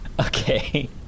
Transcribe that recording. Okay